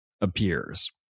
appears